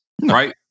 right